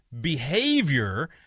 behavior